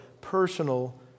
personal